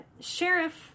Sheriff